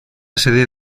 sede